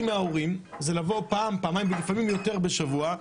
מההורים זה לבדוק פעם-פעמיים ולפעמים יותר פעמים בשבוע,